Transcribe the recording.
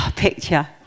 picture